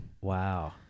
Wow